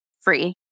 free